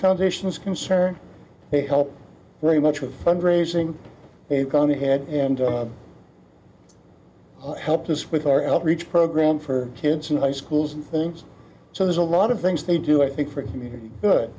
foundation is concerned they help very much with fundraising they've gone ahead and helped us with our outreach program for kids in high schools things so there's a lot of things they do i think for it to be good